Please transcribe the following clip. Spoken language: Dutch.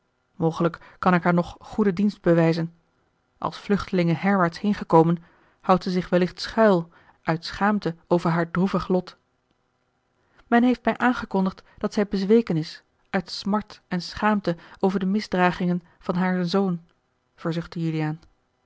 mogelijk kan ik haar nog goeden dienst bewijzen als vluchtelinge herwaarts heen gekomen houdt zij zich wellicht schuil uit schaamte over haar droevig lot men heeft mij aangekondigd dat zij bezweken is uit smart en schaamte over de misdragingen van haren zoon verzuchtte juliaan